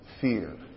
fear